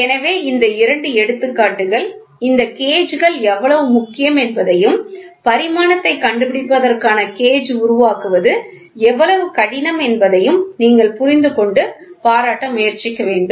எனவே இந்த இரண்டு எடுத்துக்காட்டுகள் இந்த கேஜ் கள் எவ்வளவு முக்கியம் என்பதையும் பரிமாணத்தைக் கண்டுபிடிப்பதற்கான கேஜ் உருவாக்குவது எவ்வளவு கடினம் என்பதையும் நீங்கள் புரிந்துகொண்டு பாராட்ட முயற்சிக்க வேண்டும்